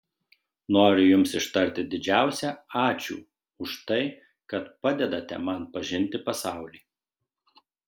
noriu jums ištarti didžiausią ačiū už tai kad padedate man pažinti pasaulį